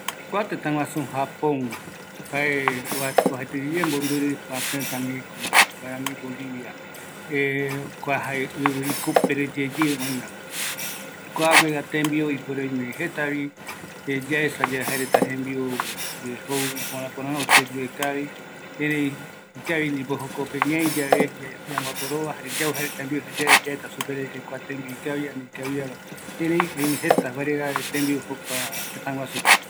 ﻿Kua tétaguasu japon jae oajaetreyeye mbombiri, kua tëtagui komo guarani bolivia kua jae ivi ikupere yeye oïva, kuaiguava tembiu ipuere oimevi jetavi, yaesa yave jaereta jembiu jou ipöra pöra, oyeyue kavi, erei ikavi ndipo jokope ñai yave jare yamboaporova jare yau jaereta jembiu, jayae yaeta supe, de que kua tembiu ikavi ani ikaviava, erei oime jeta variedad de tembiu jokua tétaguasupe